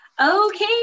Okay